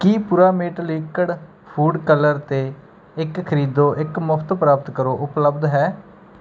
ਕੀ ਪੁਰਾਮੇਟ liquid food colour 'ਤੇ ਇੱਕ ਖਰੀਦੋ ਇੱਕ ਮੁਫਤ ਪ੍ਰਾਪਤ ਕਰੋ ਉਪਲਬਧ ਹੈ